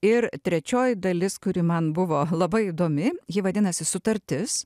ir trečioji dalis kuri man buvo labai įdomi ji vadinasi sutartis